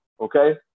okay